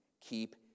Keep